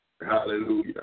Hallelujah